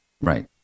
Right